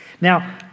now